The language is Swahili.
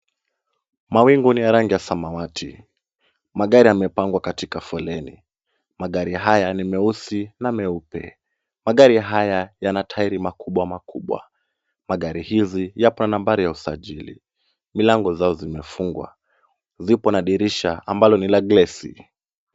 Mawingu ni ya rangi ya samawati. Magari yamepangwa katika foleni. Magari haya ni meusi na meupe. Magari haya yana tairi makubwa makubwa. Magari hizi yapo na nambari za usajili. Milango zao zimefungwa. Zipo na dirisha ambalo ni la glasi.